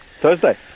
Thursday